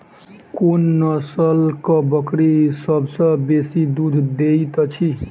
कोन नसलक बकरी सबसँ बेसी दूध देइत अछि?